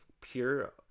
pure